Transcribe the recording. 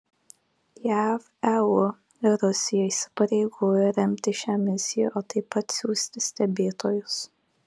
jav eu ir rusija įsipareigoja remti šią misiją o taip pat siųsti stebėtojus